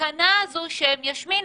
הסכנה שבהשמנה?